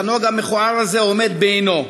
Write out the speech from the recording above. אך הנוהג המכוער הזה עומד בעינו.